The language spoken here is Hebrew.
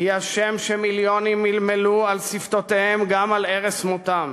היא השם שמיליונים מלמלו על שפתותיהם גם על ערש מותם.